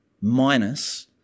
minus